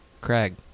Craig